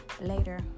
Later